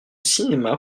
cinéma